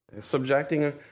Subjecting